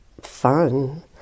fun